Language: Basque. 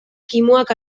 kimuak